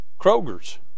Kroger's